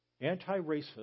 Anti-racist